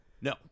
No